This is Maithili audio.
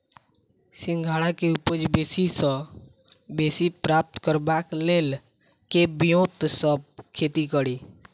सिंघाड़ा केँ उपज बेसी सऽ बेसी प्राप्त करबाक लेल केँ ब्योंत सऽ खेती कड़ी?